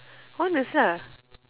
honest lah